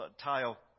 tile